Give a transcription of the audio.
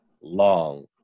long